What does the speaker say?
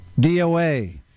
DOA